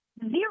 Zero